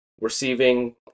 Receiving